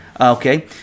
Okay